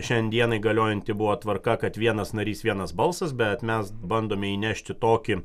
šiandien galiojanti buvo tvarka kad vienas narys vienas balsas bet mes bandome įnešti tokį